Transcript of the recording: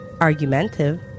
argumentative